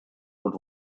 what